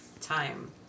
time